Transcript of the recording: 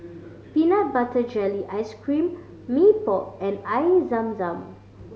peanut butter jelly ice cream Mee Pok and Air Zam Zam